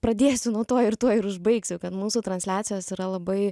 pradėsiu nuo to ir tuo ir užbaigsiu kad mūsų transliacijos yra labai